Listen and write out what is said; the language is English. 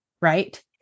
Right